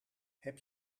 heb